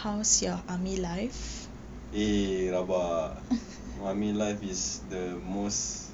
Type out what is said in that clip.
eh rabak army life is the most